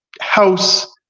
house